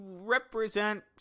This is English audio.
represent